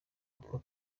uko